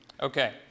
Okay